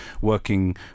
working